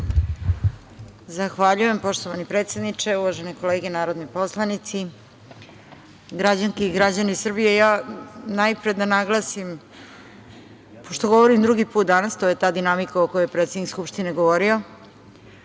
Zahvaljujem, poštovani predsedniče. Uvažene kolege narodni poslanici, građanke i građani Srbije, najpre da naglasim, pošto govorim drugi put danas, to je ta dinamika o kojoj je predsednik Skupštine govorio,